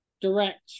direct